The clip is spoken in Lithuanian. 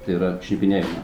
tai yra šnipinėjimą